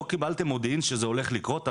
לא קיבלתם מודיעין שזה הולך לקרות?